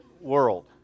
world